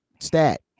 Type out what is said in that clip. stat